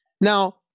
Now